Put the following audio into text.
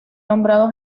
nombrado